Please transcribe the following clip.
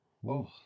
Whoa